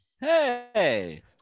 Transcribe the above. Hey